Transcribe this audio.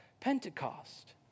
Pentecost